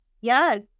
yes